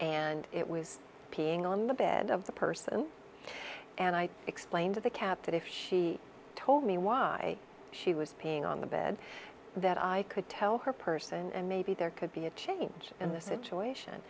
and it was peeing on the bed of the person and i explained to the captain if she told me why she was peeing on the bed that i could tell her person and maybe there could be a change in the situation